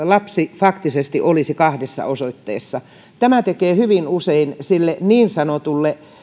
lapsi faktisesti olisi kahdessa osoitteessa tämä tekee hyvin usein sille niin sanotulle